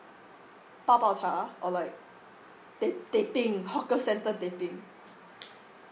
泡泡茶 or like teh teh peng hawker centre teh peng